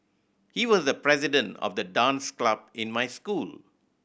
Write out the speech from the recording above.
he was the president of the dance club in my school